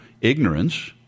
ignorance